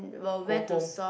go home